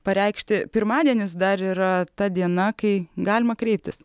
pareikšti pirmadienis dar yra ta diena kai galima kreiptis